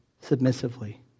submissively